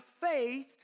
faith